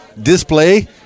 display